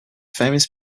famous